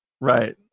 Right